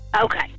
Okay